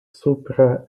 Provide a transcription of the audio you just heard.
supra